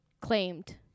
claimed